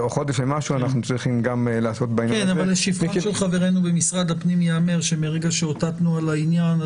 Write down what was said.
לזכות חברינו ממשרד הפנים ייאמר שמרגע שאותתנו על העניין,